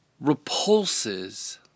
repulses